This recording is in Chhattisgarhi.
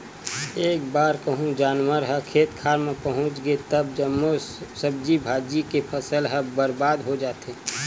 एक बार कहूँ जानवर ह खेत खार मे पहुच गे त जम्मो सब्जी भाजी के फसल ह बरबाद हो जाथे